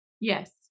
Yes